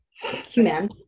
human